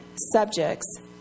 subjects